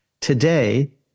Today